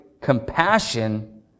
compassion